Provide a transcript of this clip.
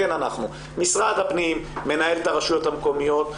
משרד הפנים מנהל את הרשויות המקומיות,